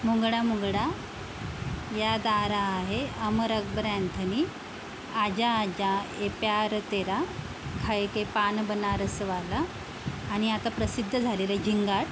मुंगडा मुंगडा या तारा आहे अमर अकबर अँथनी आजा आजा ए प्यार तेरा खायके पान बनारसवाला आणि आता प्रसिद्ध झालेलं झिंगाट